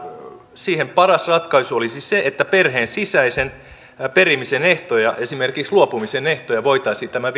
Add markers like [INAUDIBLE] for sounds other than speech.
siihen paras ratkaisu olisi se että perheen sisäisen perimisen ehtoja esimerkiksi luopumisen ehtoja voitaisiin tämän [UNINTELLIGIBLE]